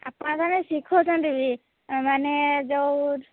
ଆପଣମାନେ ଶିଖଉଛନ୍ତି ବି ମାନେ ଯେଉଁ